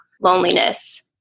loneliness